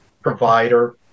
provider